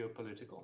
geopolitical